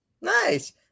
nice